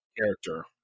character